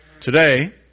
today